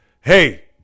hey